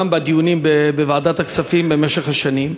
גם מדיונים בוועדת הכספים במשך השנים,